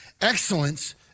excellence